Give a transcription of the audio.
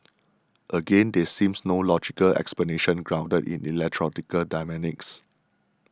again there seems no logical explanation grounded in electoral dynamics